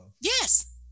Yes